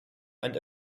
and